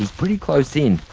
pretty close in,